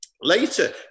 Later